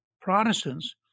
Protestants